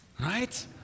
right